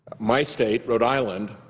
my state, rhode island,